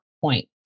point